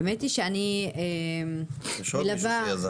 האמת היא שאני מלווה --- יש עוד מישהו שעזר.